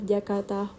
Jakarta